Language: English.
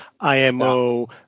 IMO